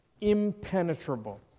impenetrable